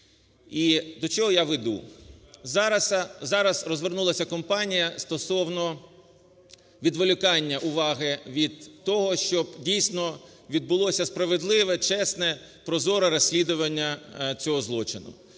до чого я веду? Зараз розвернулася кампанія стосовно відволікання уваги від того, щоб, дійсно. Відбулося справедливе, чесне, прозоре розслідування цього злочину.